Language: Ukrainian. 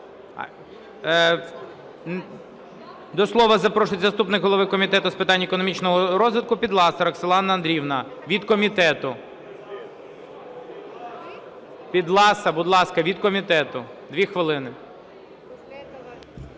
До слова запрошується заступник голови Комітету з питань економічного розвитку Підласа Роксолана Андріївна від комітету. Підласа, будь ласка, від комітету, 2 хвилини.